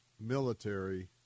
military